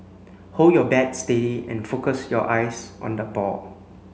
hold your bat steady and focus your eyes on the ball